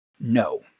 No